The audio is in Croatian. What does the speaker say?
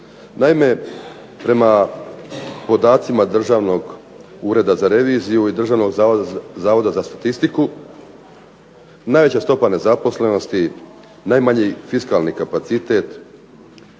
Naime, prema podacima Državnog ureda za reviziju i Državnog zavoda za statistiku najveća stopa nezaposlenosti, najmanji fiskalni kapacitet